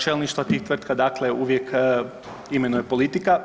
Čelništva tih tvrtki dakle uvijek imenuje politika.